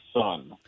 son